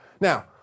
Now